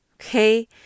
Okay